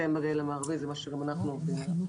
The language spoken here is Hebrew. STEAM בגליל המערבי, זה מה שגם אנחנו עובדים איתו.